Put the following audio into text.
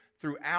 throughout